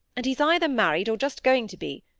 and he's either married, or just going to be.